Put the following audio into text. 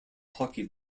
hockey